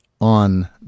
on